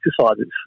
exercises